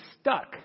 stuck